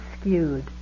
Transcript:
skewed